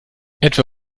etwa